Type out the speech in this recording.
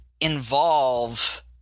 involve